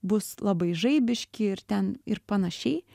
bus labai žaibiški ir ten ir panašiai